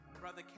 Brother